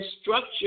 structure